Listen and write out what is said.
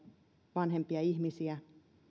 vanhempia ihmisiä